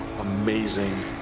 amazing